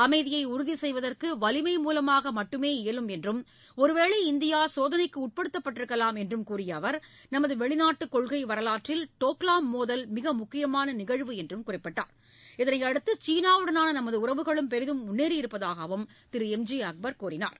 அமைதியை உறுதி செய்வதற்கு வலிமை மூலமாக மட்டுமே இயலும் என்றும் ஒருவேளை இந்தியா சோதனைக்கு உட்படுத்தப்பட்டிருக்கலாம் என்றும் கூறிய அவர் நமது வெளிநாட்டு கொள்கை வரலாற்றில் டோக்லாம் மோதல் மிக முக்கியமான நிகழ்வு என்று குறிப்பிட்டார் அவர் இதளை அடுத்து சீனாவுடனான நமது உறவுகளும் பெரிதும் முன்னேறியிருப்பதாக கூறினார்